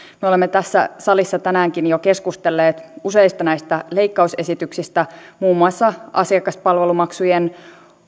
me olemme tässä salissa tänäänkin jo keskustelleet näistä useista leikkausesityksistä muun muassa asiakaspalvelumaksujen